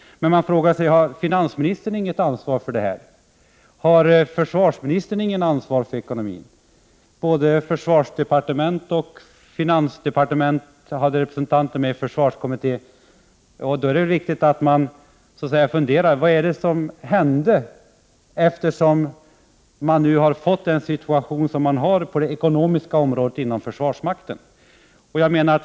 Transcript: Men har finansministern inget ansvar för det, frågar man sig. Har försvarsministern inget ansvar för ekonomin? Både försvarsdepartementet och finansdepartementet hade representanter med i försvarskommittén. Vad var det som hände eftersom den här situationen nu har uppstått på det ekonomiska området inom försvarsmakten?